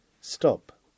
Stop